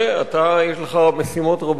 הצעות לסדר-היום